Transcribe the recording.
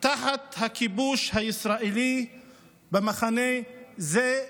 תחת הכיבוש הישראלי במחנה זה,